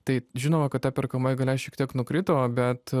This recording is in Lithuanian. tai žinoma kad ta perkamoji galia šiek tiek nukrito bet